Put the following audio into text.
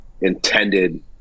intended